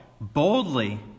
boldly